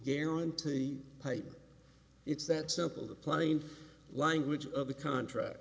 guarantee paper it's that simple the plain language of the contract